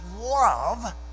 love